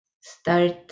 Start